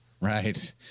Right